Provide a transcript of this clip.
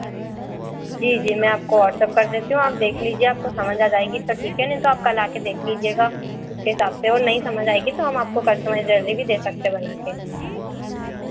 जी जी मैं आपको वाॅट्सअप कर देती हूँ आप देख लीजिए आपको समझ आ जाएगी तो ठीक है नहीं तो आप कल आके देख लीजिएगा उसके हिसाब से और नहीं समझ आएगी तो हम आपको कस्टमाइज़ ज्वेलरी भी दे सकते बना के